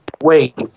Wait